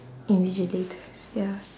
invigilators ya